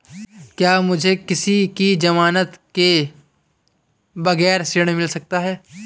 क्या मुझे किसी की ज़मानत के बगैर ऋण मिल सकता है?